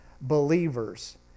believers